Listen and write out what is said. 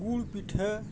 ᱜᱩᱲ ᱯᱤᱴᱷᱟᱹ